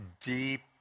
deep